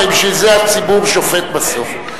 הרי בשביל זה הציבור שופט בסוף.